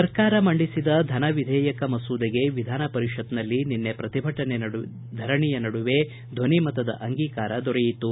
ಸರ್ಕಾರ ಮಂಡಿಸಿದ ಧನ ವಿಧೇಯಕ ಮಸೂದೆಗೆ ವಿಧಾನ ಪರಿಷತ್ನಲ್ಲಿ ನಿನ್ನೆ ಪ್ರತಿಭಟನೆ ಧರಣಿಯ ನಡುವೆ ಧ್ವನಿಮತದ ಅಂಗೀಕಾರ ದೊರೆಯಿತು